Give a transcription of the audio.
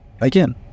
again